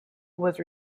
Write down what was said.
was